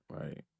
Right